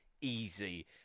Easy